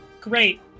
great